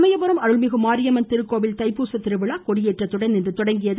சமயபுரம் அருள்மிகு மாரியம்மன் திருக்கோவில் தைப்பூச கிருவிழா இன்று கொடியேற்றத்துடன் தொடங்கியது